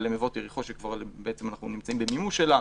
מבואות יריחו שאנחנו בעצם נמצאים במימוש שלה,